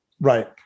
right